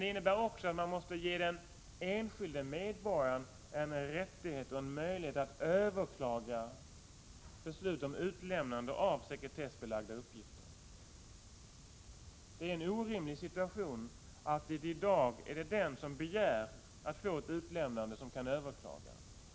Det innebär också att man måste ge den enskilde medborgaren rätt och möjlighet att överklaga beslut om utlämnande av sekretessbelagda uppgifter. Det är en orimlig situation att det i dag är den som begär att få ett utlämnande som kan överklaga.